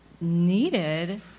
needed